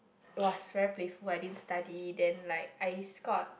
was very playful I didn't study then like I scored